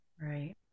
right